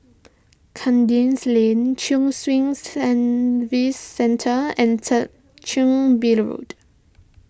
Kandis Lane Chin Swee Service Centre and Third Chin Bee Road